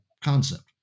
concept